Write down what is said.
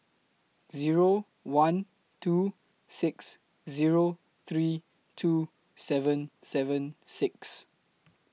Zero one two six Zero three two seven seven six